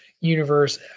universe